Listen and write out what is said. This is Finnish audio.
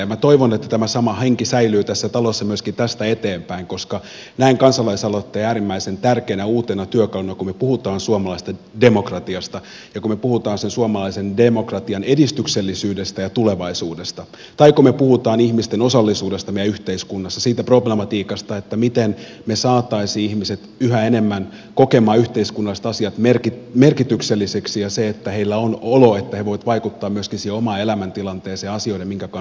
ja minä toivon että tämä sama henki säilyy tässä talossa myöskin tästä eteenpäin koska näen kansalaisaloitteen äärimmäisen tärkeänä uutena työkaluna kun me puhumme suomalaisesta demokratiasta ja kun me puhumme sen suomalaisen demokratian edistyksellisyydestä ja tulevaisuudesta tai kun me puhumme ihmisten osallisuudesta meidän yhteiskunnassa siitä problematiikasta miten me saisimme ihmiset yhä enemmän kokemaan yhteiskunnalliset asiat merkityksellisiksi että heillä on olo että he voivat vaikuttaa myöskin siihen omaan elämäntilanteeseen ja asioihin joiden kanssa he kamppailevat